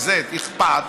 ו-z אכפת,